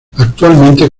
actualmente